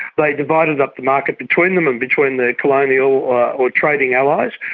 they divided up the market between them and between their colonial or or trading allies,